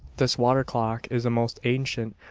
this water clock is a most ancient,